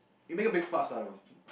you make a big fuss out of